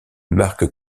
marque